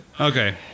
Okay